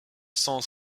sens